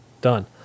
Done